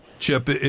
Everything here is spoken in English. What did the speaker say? Chip